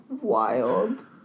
Wild